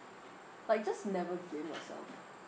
like just never blame yourself